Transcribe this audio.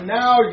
now